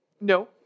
No